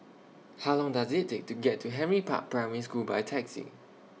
How Long Does IT Take to get to Henry Park Primary School By Taxi